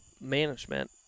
management